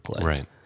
Right